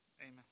amen